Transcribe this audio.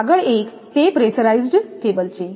આગળ એક તે પ્રેશરાઇઝ્ડ કેબલ છે